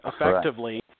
effectively